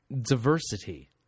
diversity